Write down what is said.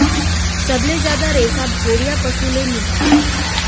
सबले जादा रेसा भेड़िया पसु ले मिलथे